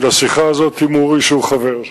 שלוש שעות לשיחה הזאת עם אורי, שהוא חבר שלי,